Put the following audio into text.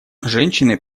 женщины